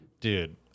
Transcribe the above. Dude